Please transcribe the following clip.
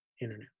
internet